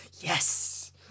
yes